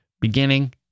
beginning